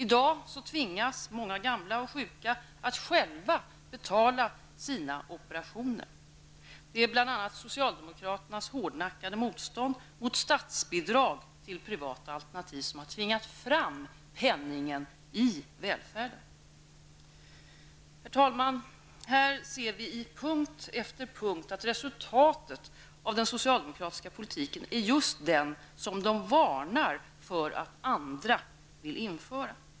I dag tvingas många gamla och sjuka att själva betala sina operationer. Det är bl.a. socialdemokraternas hårdnackade motstånd mot statsbidrag till privata alternativ som har tvingat fram penningen i välfärden. Herr talman! Här ser vi att resultatet av den socialdemokratiska politiken på punkt efter punkt är just den som de varnar för att andra vill införa.